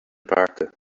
mhárta